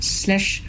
slash